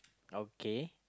okay